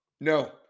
no